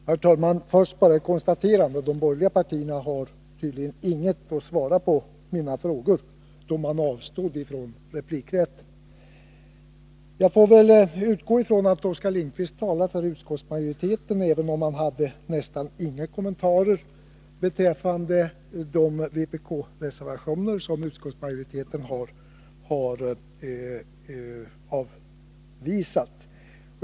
Herr talman! Först bara ett konstaterande. De borgerliga partiernas företrädare har tydligen inget att svara på mina frågor med, eftersom de avstod från replikrätten. Jag får väl utgå ifrån att Oskar Lindkvist talar för utskottsmajoriteten, även om han hade knappast några kommentarer beträffande de i vpkreservationerna redovisade förslag som utskottet har avvisat.